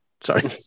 Sorry